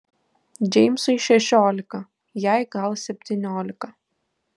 džeimsui šešiolika jai gal septyniolika